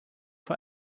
for